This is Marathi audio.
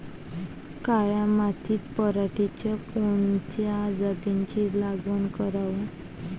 काळ्या मातीत पराटीच्या कोनच्या जातीची लागवड कराव?